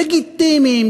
לגיטימיים,